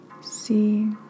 See